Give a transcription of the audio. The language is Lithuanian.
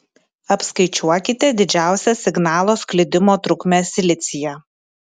apskaičiuokite didžiausią signalo sklidimo trukmę silicyje